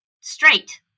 straight